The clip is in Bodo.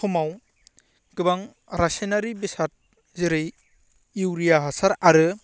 समाव गोबां रासायनारि बेसाद जेरै इउरिया हासार आरो